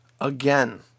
again